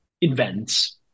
invents